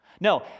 No